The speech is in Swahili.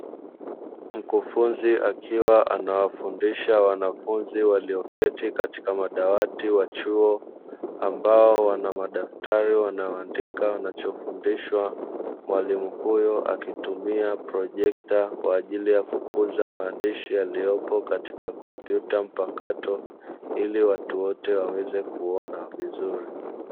Mkufunzi akiwa anawafundisha wanafunzi walioketi katika madawati wa chuo ambao wana madaftari wanaoandika wanachofundishwa. Mwalimu huyo akitumia projekta kwa ajili ya kukuza maandishi yaliyopo katika kompyuta mpakato ili watu wote waweze kuona vizuri.